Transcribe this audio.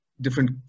different